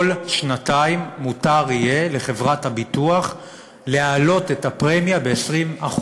כל שנתיים מותר יהיה לחברת הביטוח להעלות את הפרמיה ב-20%.